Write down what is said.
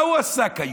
במה הוא עוסק כיום?